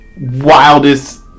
wildest